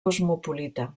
cosmopolita